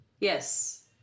Yes